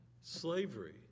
slavery